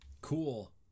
Cool